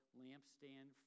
lampstand